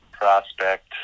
prospect